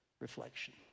reflection